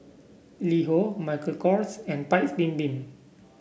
LiHo Michael Kors and Paik's Bibim